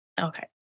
Okay